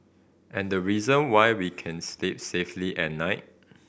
and the reason why we can sleep safely at night